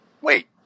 Wait